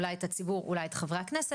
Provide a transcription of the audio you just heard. אולי גם את הציבור ואולי גם את חברי הכנסת,